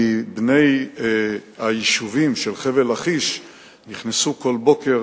כי בני היישובים של חבל-לכיש נכנסו כל בוקר